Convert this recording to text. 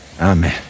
Amen